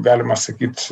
galima sakyt